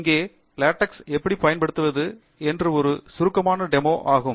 இங்கே ப்டெக்ஸ் எப்படி பயன்படுத்துவது என்று ஒரு சுருக்கமான டெமோ ஆகும்